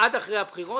עד אחרי הבחירות.